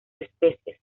especies